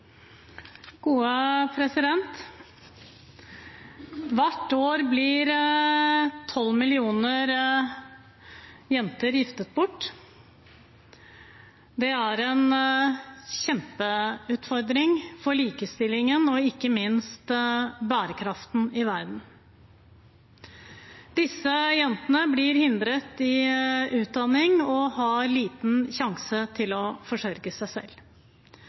gode grunner i denne verden for å gi unntak fra forbud mot barneekteskap. Jeg ønsker å tegne meg igjen til et Fremskrittsparti-innlegg. Hvert år blir 12 millioner jenter giftet bort. Det er en kjempeutfordring for likestillingen og ikke minst bærekraften i verden. Disse jentene blir hindret i